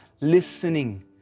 listening